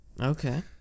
Okay